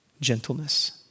Gentleness